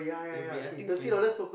it will be I think twent~